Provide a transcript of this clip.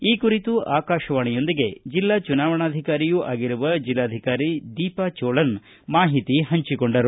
ಈ ಕುರಿತು ಆಕಾಶವಾಣಿಯೊಂದಿಗೆ ಜಿಲ್ಲಾ ಚುನಾವಣಾಧಿಕಾರಿಯೂ ಆಗಿರುವ ಜಿಲ್ಲಾಧಿಕಾರಿ ದೀಪಾ ಚೋಳನ್ ಮಾಹಿತಿ ಪಂಚಿಕೊಂಡರು